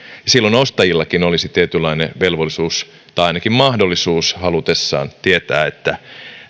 silloin ostajillakin olisi tietynlainen velvollisuus tai ainakin mahdollisuus halutessaan tietää että